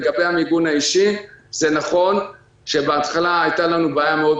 לגבי המיגון האישי נכון שבהתחלה הייתה לנו בעיה קשה מאוד,